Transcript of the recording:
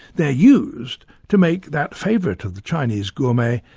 they're used to make that favourite of the chinese gourmet,